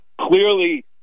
clearly